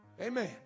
Amen